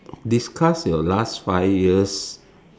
discuss your last five years